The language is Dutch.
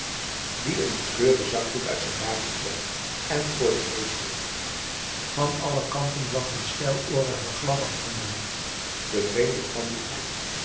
die n gekleurde zakdoek uit zijn baadje trok en voor de neus hield van alle kanten blaften steilorige gladakhonden de vreemde tandoe aan